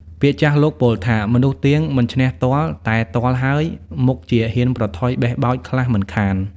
ពាក្យចាស់លោកពោលថា មនុស្សទៀងមិនឈ្នះទ័ល តែទ័លហើយ មុខជាហ៊ានប្រថុយបេះបោចខ្លះមិនខាន ។